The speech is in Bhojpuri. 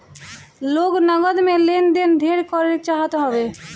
लोग नगद में लेन देन ढेर करे चाहत हवे